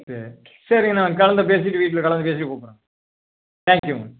சரி சரிங்கண்ணா கலந்து பேசிவிட்டு வீட்டில் கலந்து பேசிவிட்டு கூப்பிட்றேங்க தேங்க் யூங்க